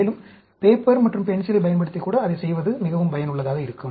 மேலும் பேப்பர் மற்றும் பென்சிலை பயன்படுத்தி கூட அதைச் செய்வது மிகவும் பயனுள்ளதாக இருக்கும்